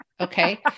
okay